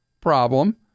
problem